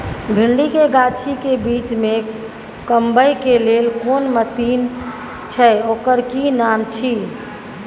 भिंडी के गाछी के बीच में कमबै के लेल कोन मसीन छै ओकर कि नाम छी?